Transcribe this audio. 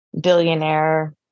billionaire